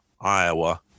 Iowa